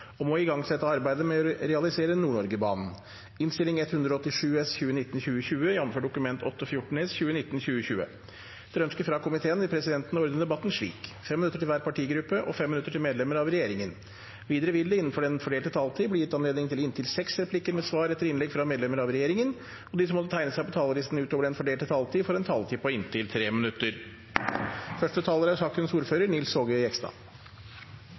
vil presidenten ordne debatten slik: 5 minutter til hver partigruppe og 5 minutter til medlemmer av regjeringen. Videre vil det – innenfor den fordelte taletid – bli gitt anledning til inntil seks replikker med svar etter innlegg fra medlemmer av regjeringen, og de som måtte tegne seg på talerlisten utover den fordelte taletid, får en taletid på inntil 3 minutter.